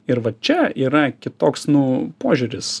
ir va čia yra kitoks nu požiūris